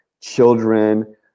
children